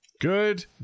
Good